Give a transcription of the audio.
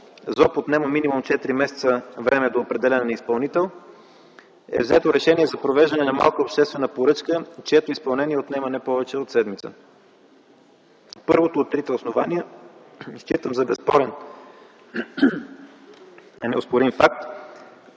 отнема минимум 4 месеца време за определяне на изпълнител е взето решение за провеждане на малка обществена поръчка, чието изпълнение отнема не повече от седмица. Първото от трите основания считам за безспорен и неоспорим факт,